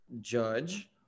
judge